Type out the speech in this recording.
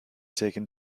taken